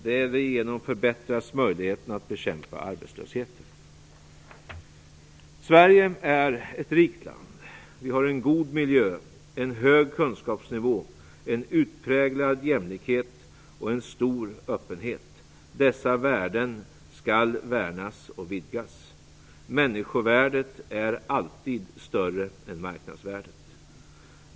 Därigenom förbättras möjligheten att bekämpa arbetslösheten. Sverige är ett rikt land. Vi har en god miljö, en hög kunskapsnivå, en utpräglad jämlikhet och en stor öppenhet. Dessa värden skall värnas och vidgas. Människovärdet är alltid större än marknadsvärdet.